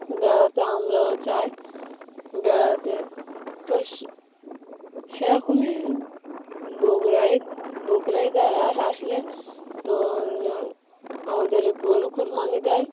বেড়াতে আমরাও যাই বেড়াতে তো সে সেরকমই বাকরা ঈদ বাকরা ঈদ আ আসলে তো আমাদের গরু কুরবানী দেয়